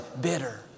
bitter